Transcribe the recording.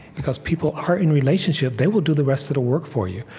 because people are in relationship, they will do the rest of the work for you.